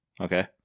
okay